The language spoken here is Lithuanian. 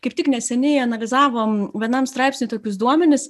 kaip tik neseniai analizavom vienam straipsny tokius duomenis